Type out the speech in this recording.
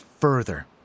further